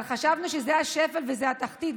אבל חשבנו שזה השפל וזאת התחתית,